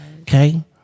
Okay